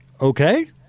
Okay